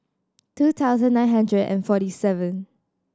two thousand nine hundred and forty seven